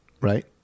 Right